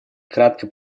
кратко